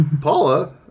Paula